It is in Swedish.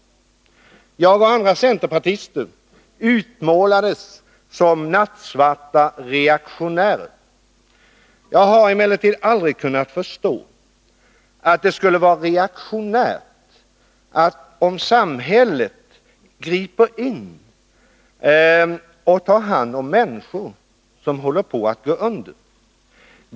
Jag och andra centerpartister utmålades som nattsvarta reaktionärer. Jag har emellertid aldrig kunnat förstå att det skulle vara reaktionärt om samhället griper in och tar hand om människor som håller på att gå under.